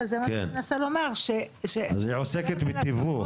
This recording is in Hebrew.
אבל זה מה שאני מנסה לומר ש- אז היא עוסקת בתיווך.